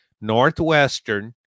Northwestern